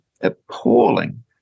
appalling